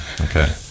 Okay